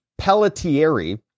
Pelletieri